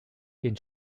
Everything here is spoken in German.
den